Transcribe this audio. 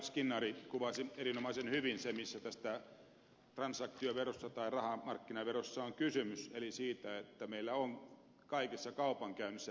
skinnari kuvasi erinomaisen hyvin sen mistä tässä transaktioverossa tai rahamarkkinaverossa on kysymys eli siitä että meillä on kaikessa kaupankäynnissä välillisiä veroja